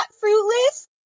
fruitless